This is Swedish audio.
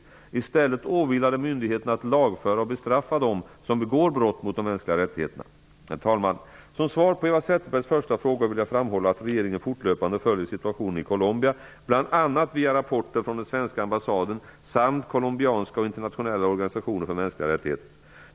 I stället åvilar det myndigheterna att lagföra och bestraffa dem som begår brott mot de mänskliga rättigheterna. Herr talman! Som svar på Eva Zetterbergs första fråga vill jag framhålla att regeringen fortlöpande följer situationen i Colombia, bl.a. via rapporter från den svenska ambassaden samt colombianska och internationella organisationer för mänskliga rättigheter.